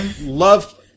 Love